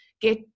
get